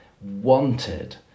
wanted